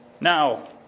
Now